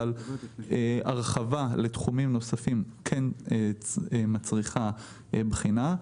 אבל הרחבה לתחומים נוספים כן מצריכה בחינה.